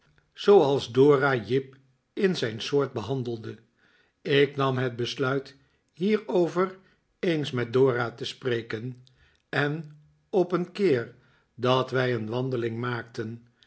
zooals dora jip in zijn soort behandelde ik nam het besluit hierover eens met dora te spreken en op een keer dat wij een wandeling maakten